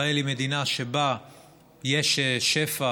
ישראל היא מדינה שבה יש שפע